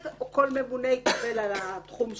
כל ממונה יקבל על התחום שלו,